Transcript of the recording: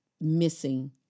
missing